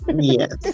yes